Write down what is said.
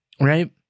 right